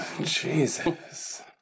Jesus